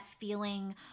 feeling